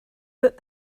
but